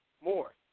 more